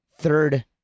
third